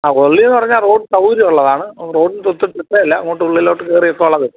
ആ ഉള്ളിൽ എന്ന് പറഞ്ഞാൽ റോഡ് സൗകര്യം ഉള്ളതാണ് റോഡിന്റെ ഒട്ടും അല്ല അങ്ങോട്ട് ഉളിലോട്ട് കയറിയൊക്കെ ഉള്ളത് കിട്ടും